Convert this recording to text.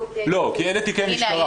לא, כי אין תיקי המשטרה.